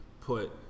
put